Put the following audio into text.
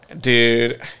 Dude